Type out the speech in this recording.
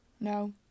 No